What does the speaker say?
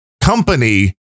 company